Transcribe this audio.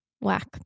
Whack